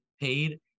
paid